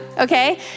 okay